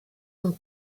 ont